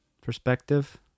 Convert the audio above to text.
Perspective